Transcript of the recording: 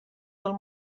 del